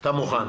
אתה מוכן.